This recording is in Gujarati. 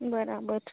બરાબર